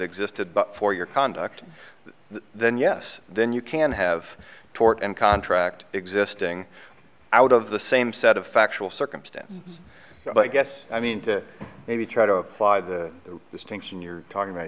existed but for your conduct then yes then you can have tort and contract existing out of the same set of factual circumstances but i guess i mean to maybe try to apply the distinction you're talking about